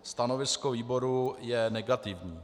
Stanovisko výboru je negativní.